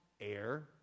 air